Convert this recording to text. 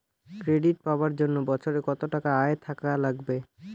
Credit পাবার জন্যে বছরে কত টাকা আয় থাকা লাগবে?